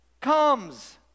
comes